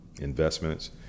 investments